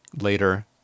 later